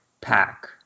pack